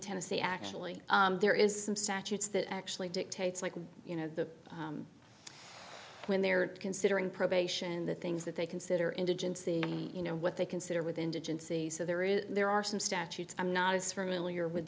tennessee actually there is some statutes that actually dictates like you know the when they're considering probation the things that they consider indigent you know what they consider with indigency so there is there are some statutes i'm not as familiar with